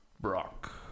Brock